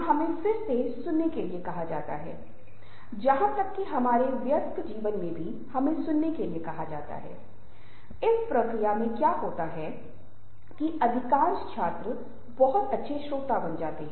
हमारे संचार की गुणवत्ता और हमारे जीवन की गुणवत्ता के बीच एक सीधा संबंध है